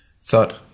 thought